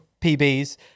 PBs